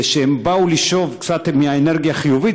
ושהם באו לשאוב קצת מהאנרגיה החיובית,